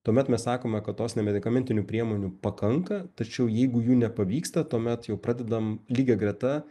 tuomet mes sakome kad tos nemedikamentinių priemonių pakanka tačiau jeigu jų nepavyksta tuomet jau pradedam lygiagreta